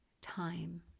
time